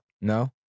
No